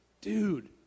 dude